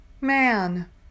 Man